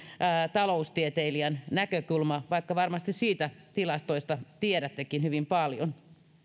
taloustieteilijän näkökulma vaikka varmasti niistä tilastoista tiedättekin hyvin paljon